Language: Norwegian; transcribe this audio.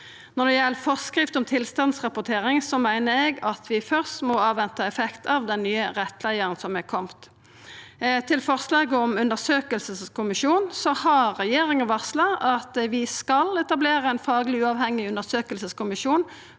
Når det gjeld forskrift om tilstandsrapportering, meiner eg at vi først må venta på effekten av den nye rettleiaren som er komen. Når det gjeld forslaget om undersøkingskommisjon, har regjeringa varsla at vi skal etablera ein fagleg uavhengig undersøkingskommisjon